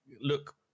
look